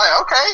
okay